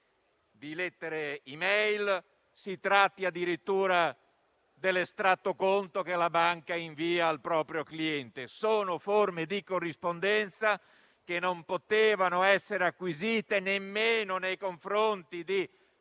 di lettere *e-mail*, si tratti addirittura dell'estratto conto che la banca invia al proprio cliente. Sono forme di corrispondenza che non potevano essere acquisite nemmeno nei confronti di